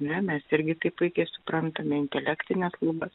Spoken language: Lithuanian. ne mes irgi tai puikiai suprantame intelektines lubas